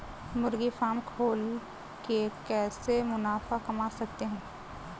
मुर्गी फार्म खोल के कैसे मुनाफा कमा सकते हैं?